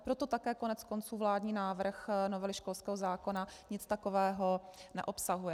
Proto také koneckonců vládní návrh novely školského zákona nic takového neobsahuje.